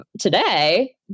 today